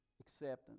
acceptance